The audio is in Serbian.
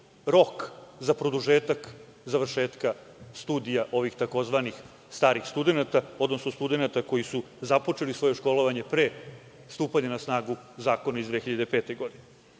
rok za produžetak završetka studija ovih tzv. starih studenata, odnosno studenata koji su započeli svoje školovanje pre stupanja na snagu zakona iz 2005. godine. Što